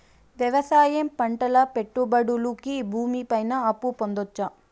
వ్యవసాయం పంటల పెట్టుబడులు కి భూమి పైన అప్పు పొందొచ్చా?